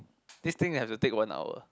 this thing have to take one hour